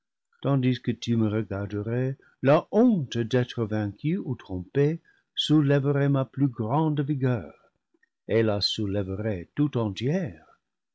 tandis que tu me regarderais la honte d'être vaincu ou trompé soulèverait ma plus grande vigueur et la soulèverait tout entière